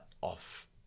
off